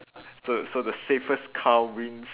so so the safest car wins